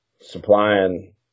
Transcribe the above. supplying